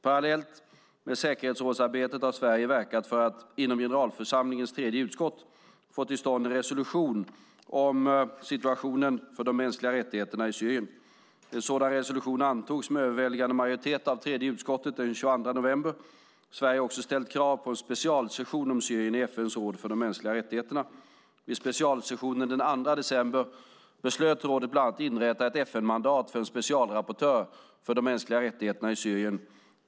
Parallellt med säkerhetsrådsarbetet har Sverige verkat för att inom generalförsamlingens tredje utskott få till stånd en resolution om situationen för de mänskliga rättigheterna i Syrien. En sådan resolution antogs med överväldigande majoritet av tredje utskottet den 22 november. Sverige har också ställt krav på en specialsession om Syrien i FN:s råd för de mänskliga rättigheterna. Vid specialsessionen den 2 december beslöt rådet bland annat att inrätta ett FN-mandat för en specialrapportör för de mänskliga rättigheterna i Syrien.